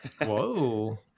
whoa